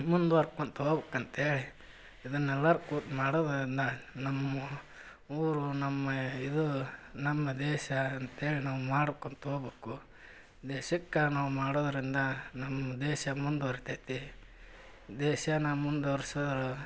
ಮುಂದ್ವರ್ಕೊತ ಹೋಗಬೇಕಂತೇಳಿ ಇದನ್ನೆಲ್ಲರೂ ಕೂತು ಮಾಡೋದರಿಂದ ನಮ್ಮ ಊರು ನಮ್ಮ ಇದು ನಮ್ಮ ದೇಶ ಅಂತೇಳಿ ನಾವು ಮಾಡ್ಕೊತ ಹೋಗ್ಬೇಕು ದೇಶಕ್ಕೆ ನಾವು ಮಾಡೋದರಿಂದ ನಮ್ಮ ದೇಶ ಮುಂದುವರಿತೈತಿ ದೇಶನ ಮುಂದ್ವರ್ಸಿದ್ರೆ